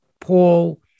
Paul